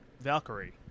Valkyrie